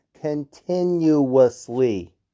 continuously